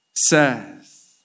says